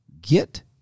get